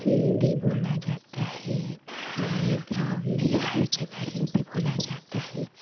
हिन्दी बोली जाती है हमारे गाँव में हर जगह हिन्दी बोली जाती है